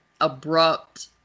abrupt